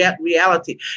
reality